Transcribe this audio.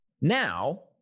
Now